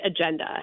Agenda